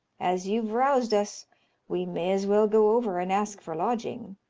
as you've roused us we may as well go over and ask for lodging.